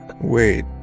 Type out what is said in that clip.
Wait